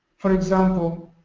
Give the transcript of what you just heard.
for example,